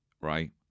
right